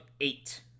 eight